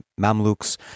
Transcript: Mamluks